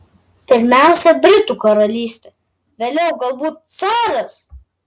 pirmiausia britų karalystė vėliau galbūt caras